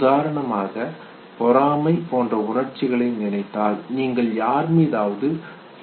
உதாரணமாக பொறாமை போன்ற உணர்ச்சிகளை நினைத்தால் நீங்கள் யார் மீதாவது பொறாமைப்படுகிறீர்கள்